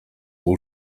will